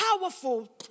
powerful